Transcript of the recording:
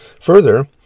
Further